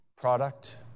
product